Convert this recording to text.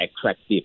attractive